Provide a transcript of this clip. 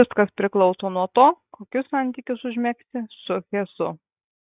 viskas priklauso nuo to kokius santykius užmegsi su hesu